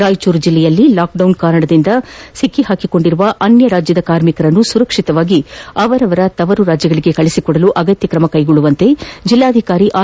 ರಾಯಚೂರು ಜಿಲ್ಲೆಯಲ್ಲಿ ಲಾಕ್ಡೌನ್ ಕಾರಣದಿಂದ ಸಿಲುಕಿಕೊಂಡಿರುವ ಅನ್ಯ ರಾಜ್ಯದ ಕಾರ್ಮಿಕರನ್ನು ಸುರಕ್ಷಿತವಾಗಿ ಅವರ ತವರು ರಾಜ್ಯಗಳಿಗೆ ಕಳುಹಿಸಿಕೊಡಲು ಅಗತ್ಯ ಕ್ರಮ ಕೈಗೊಳ್ಳುವಂತೆ ಜಿಲ್ಲಾಧಿಕಾರಿ ಆರ್